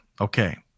Okay